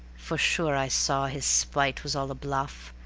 for sure i saw his spite was all a bluff,